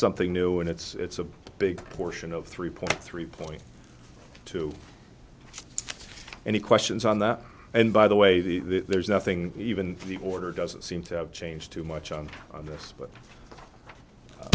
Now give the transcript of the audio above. something new and it's a big portion of three point three point two any questions on that and by the way the there's nothing even the order doesn't seem to have changed too much on this but